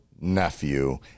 nephew